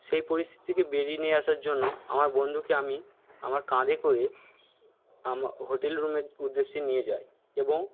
সেই পরিস্থিতির থেকে বেরিয়ে নিয়ে আসার জন্য আমার বন্ধুকে আমি আমার কাঁধে করে আমা হোটেল রুমের উদ্দেশ্যে নিয়ে যাই এবং